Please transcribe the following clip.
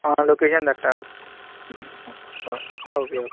आं लोकेशन बेग्यान धाडटा हांव होय ओके ओके